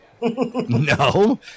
No